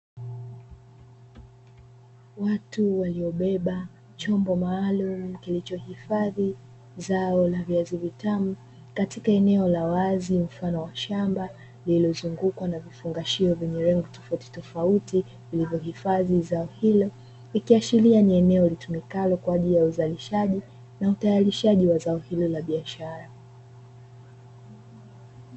Watu waliobeba chombo maalumu kilichohifadhi zao la viazi vitamu katika eneo la wazi mfano wa shamba, lililozungukwa na vifungashio vyenye lebo tofautitofauti vilivohifadhi zao hilo ikiashiria ni eneo litumikalo kwa ajili ya uzalishaji na utayarishaji wa zao hilo la biashara.